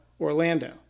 Orlando